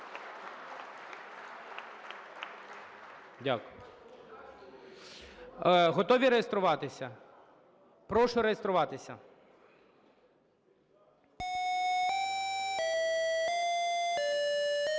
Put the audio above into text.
Дякую. Готові реєструватися? Прошу реєструватися. 10:11:37